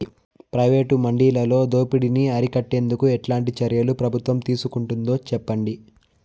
Private మండీలలో దోపిడీ ని అరికట్టేందుకు ఎట్లాంటి చర్యలు ప్రభుత్వం తీసుకుంటుందో చెప్పండి?